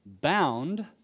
bound